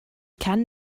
kann